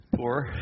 poor